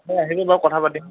এই আহিব বাৰু কথা পাতিম